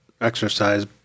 exercise